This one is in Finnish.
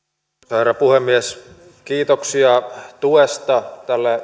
herra puhemies kiitoksia tuesta tälle